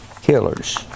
killers